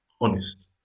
honest